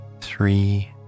three